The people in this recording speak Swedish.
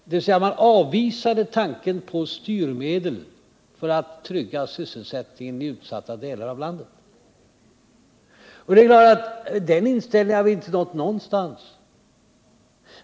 Man avvisade alltså tanken på styrmedel för att trygga sysselsättningen i utsatta delar av landet. Det är klart att vi med denna inställning inte hade nått någonstans.